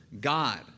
God